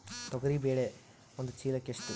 ತೊಗರಿ ಬೇಳೆ ಒಂದು ಚೀಲಕ ಎಷ್ಟು?